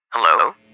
Hello